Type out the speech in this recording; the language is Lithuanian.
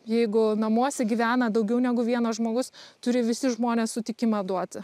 jeigu namuose gyvena daugiau negu vienas žmogus turi visi žmonės sutikimą duoti